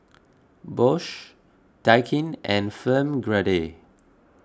Bosch Daikin and Film Grade